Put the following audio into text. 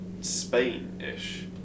Spain-ish